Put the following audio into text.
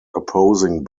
opposing